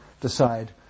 decide